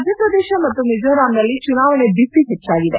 ಮಧ್ಯಪ್ರದೇಶ ಮತ್ತು ಮಿಜೋರಾಂನಲ್ಲಿ ಚುನಾವಣೆ ಬಿಸಿ ಹೆಚ್ಚಾಗಿದೆ